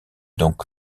donc